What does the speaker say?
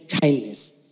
kindness